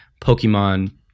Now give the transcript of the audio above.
Pokemon